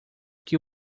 que